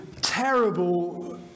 terrible